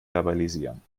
verbalisieren